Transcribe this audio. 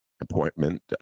appointment